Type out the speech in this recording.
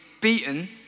beaten